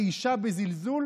ועכשיו אתם מגדפים ומקללים.